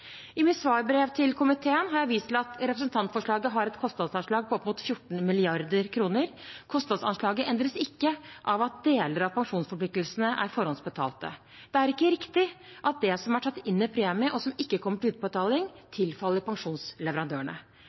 I mitt svarbrev til komiteen har jeg vist til at representantforslaget har et kostnadsanslag på opp mot 14 mrd. kr. Kostnadsanslaget endres ikke av at deler av pensjonsforpliktelsene er forhåndsbetalte. Det er ikke riktig at det som er tatt inn i premie, og som ikke kommer til utbetaling, tilfaller pensjonsleverandørene.